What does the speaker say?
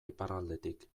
iparraldetik